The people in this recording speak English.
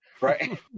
Right